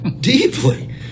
Deeply